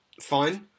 Fine